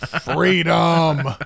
Freedom